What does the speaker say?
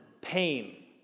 pain